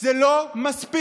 זה לא מספיק.